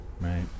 right